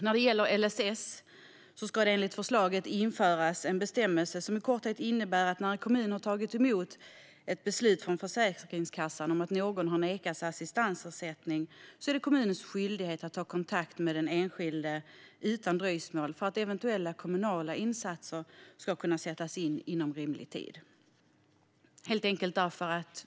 När det gäller LSS ska det enligt förslaget införas en bestämmelse som i korthet innebär att när en kommun har tagit emot ett beslut från Försäkringskassan om att någon nekats assistansersättning är det kommunens skyldighet att utan dröjsmål ta kontakt med den enskilde för att eventuella kommunala insatser ska kunna sättas in inom rimlig tid.